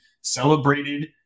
celebrated